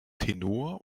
tenor